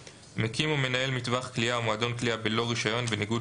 (3)מקים או מנהל מטווח קליעה או מועדון קליעה בלו רישיון בניגוד